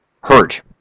hurt